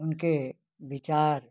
उनके विचार